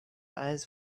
eyes